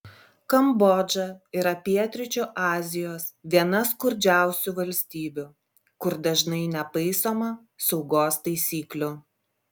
kambodža yra pietryčių azijos viena skurdžiausių valstybių kur dažnai nepaisoma saugos taisyklių